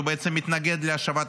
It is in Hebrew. הוא בעצם מתנגד להשבת החטופים.